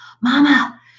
Mama